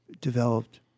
developed